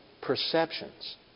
perceptions